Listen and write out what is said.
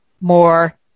more